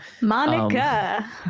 Monica